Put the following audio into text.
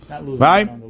Right